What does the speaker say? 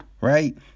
right